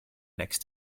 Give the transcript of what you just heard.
next